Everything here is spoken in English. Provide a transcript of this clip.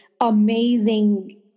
amazing